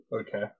Okay